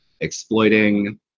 exploiting